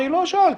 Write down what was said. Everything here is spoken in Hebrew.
אני לא שאלתי,